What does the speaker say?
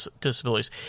disabilities